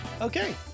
Okay